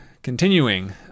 Continuing